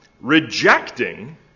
rejecting